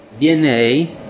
DNA